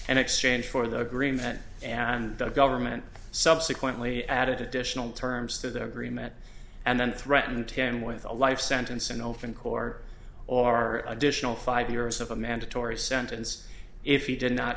and exchange for the agreement and the government subsequently added additional terms to the agreement and then threatened him with a life sentence in open court or are additional five years of a mandatory sentence if he did not